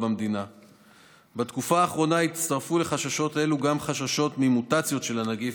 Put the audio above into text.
קבע משרד החינוך